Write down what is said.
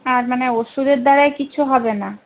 হ্যাঁ মানে ওষুধের দ্বারায় কিছু হবে না